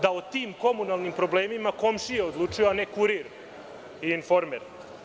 Da o tim komunalnim problemima komšije odlučuju, a ne „Kurir“ i „Informer“